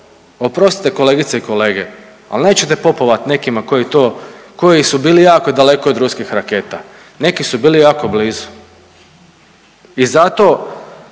Oprostite kolegice i kolege, ali nećete popovati nekima koji to, koji su bili jako daleko od ruskih raketa, neki su bili jako blizu. I zato